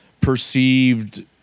perceived